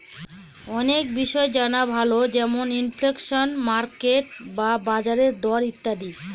অনেক বিষয় জানা ভালো যেমন ইনফ্লেশন, মার্কেট বা বাজারের দর ইত্যাদি